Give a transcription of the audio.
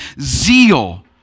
zeal